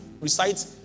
recite